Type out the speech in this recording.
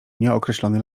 nieokreślony